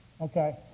Okay